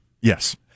Yes